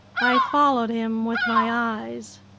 i followed him with my eyes.